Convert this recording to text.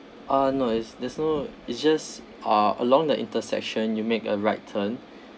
uh no there's no it's just uh along the intersection you make a right turn